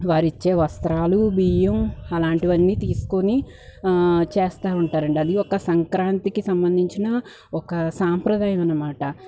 వారిచ్చే వస్త్రాలు బియ్యం అలాంటివన్నీ తీసుకొని చేస్తా ఉంటారండి అది ఒక సంక్రాంతికి సంబంధించిన ఒక సంప్రదాయం అన్నమాట